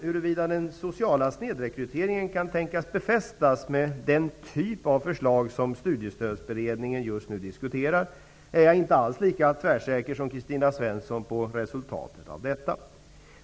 Huruvida den sociala snedrekryteringen kan tänkas befästas med den typ av förslag som Studiestödsberedningen just nu diskuterar är jag inte alls lika tvärsäker som Kristina Svensson vad gäller resultatet.